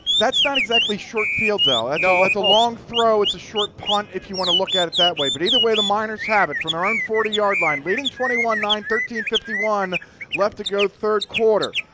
that's not exactly short field though and though it's a long throw, short punt if you want to look at it that way. but either way the miners have it from their own forty yard line. leading twenty one nine thirteen fifty one left to go, third quarter.